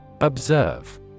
Observe